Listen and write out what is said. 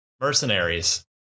Mercenaries